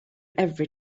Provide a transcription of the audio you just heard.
every